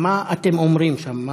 מה אתם אומרים שם?